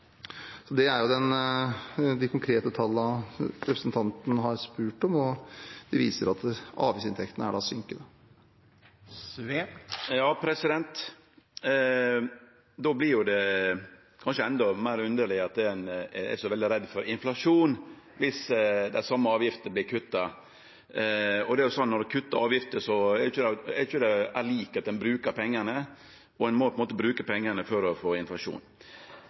Det er de konkrete tallene representanten har spurt om, og de viser at avgiftsinntektene er synkende. Då vert det kanskje endå meir underleg at ein er så veldig redd for inflasjon om den same avgifta vert kutta. Det er slik at når ein kuttar i avgiftene, er ikkje det det same som at ein brukar pengane. Ein må på ein måte bruke pengane for å få